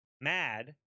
mad